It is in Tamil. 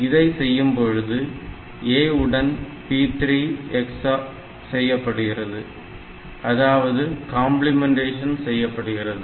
இதை செய்யும்பொழுது A உடன் P3 XOR செய்யப்படுகிறது அதாவது கம்பிளிமெண்டேஷன் செய்யப்படுகிறது